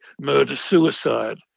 murder-suicide